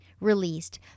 released